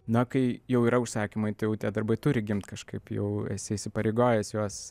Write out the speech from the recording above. na kai jau yra užsakymai tai jau tie darbai turi gimt kažkaip jau esi įsipareigojęs juos